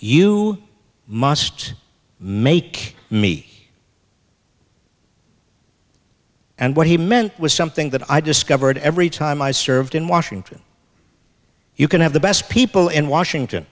you must make me and what he meant was something that i discovered every time i served in washington you can have the best people in washington